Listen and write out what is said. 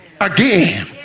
again